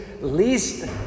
least